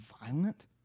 violent